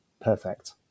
perfect